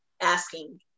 asking